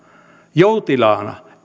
joutilaana